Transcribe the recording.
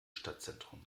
stadtzentrum